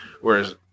whereas